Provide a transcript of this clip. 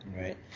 Right